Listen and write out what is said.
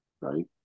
right